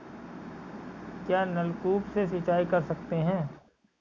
क्या नलकूप से सिंचाई कर सकते हैं?